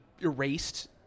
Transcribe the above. erased